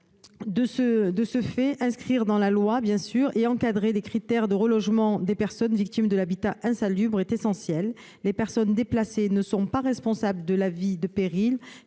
De ce fait, inscrire dans la loi et encadrer les critères de relogement des personnes victimes de l'habitat insalubre est essentiel. Les personnes déplacées ne sont pas responsables de l'avis de péril